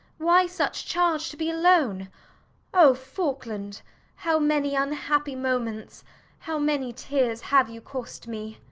why such charge to be alone o faulkland how many unhappy moments how many tears have you cost me.